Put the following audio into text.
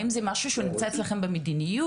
האם זה משהו שנמצא אצלכם במדיניות,